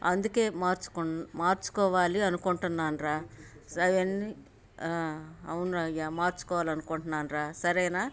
అందుకే మార్చుకున్ మార్చుకోవాలి అనుకుంటున్నానురా అవన్నీ ఆ అవునురా అయ్యా మార్చుకోవాలి అనుకుంటున్నానురా సరేనా